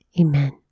Amen